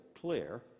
clear